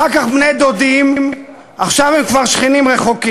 אחר כך בני-דודים, עכשיו הם כבר שכנים רחוקים,